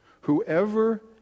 Whoever